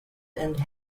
and